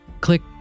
Click